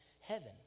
heaven